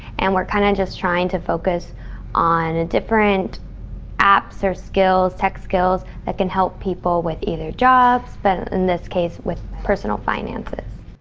and we're kind of just trying to focus on different apps or skills, tech skills that can help people with either job, but in this case with personal finances.